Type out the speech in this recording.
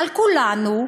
על כולנו,